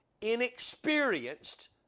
inexperienced